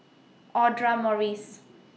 Audra Morrice